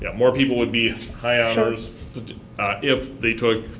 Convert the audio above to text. yeah more people will be high honors if they took,